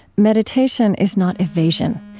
meditation is not evasion.